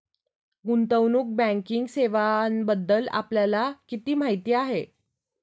गुंतवणूक बँकिंग सेवांबद्दल आपल्याला किती माहिती आहे?